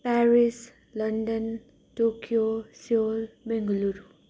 Paris London Tokyo Seoul Bengaluru